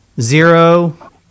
zero